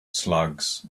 slugs